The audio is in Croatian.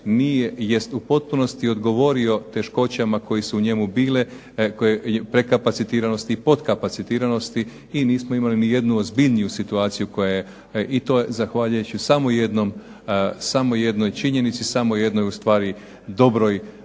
jest u potpunosti govori teškoćama koje su u njemu bile prekapacitiranost i potkapacitiranosti i nismo imali nijednu ozbiljniju situaciju i to zahvaljujući samo jednoj činjenici, samo jednoj ustvari dobroj